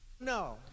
No